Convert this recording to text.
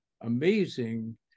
amazing